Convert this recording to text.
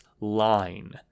line